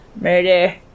murder